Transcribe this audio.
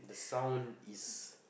sound is